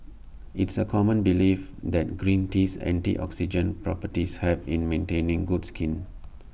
it's A common belief that green tea's antioxidant properties help in maintaining good skin